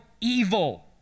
evil